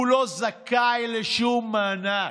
הוא לא זכאי לשום מענק,